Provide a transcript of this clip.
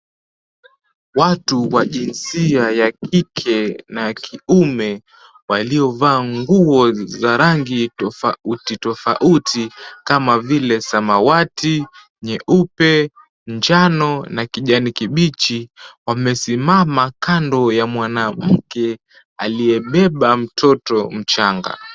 Watu wa jinsia ya kike na kiume wakiwa wamevalia nguo za rangi tofauti tofauti kama vile samawati nyeupe, njano na kijani kibichi wamesimama kando ya mwanamke aliyebeba mtoto mchanga.